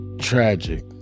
tragic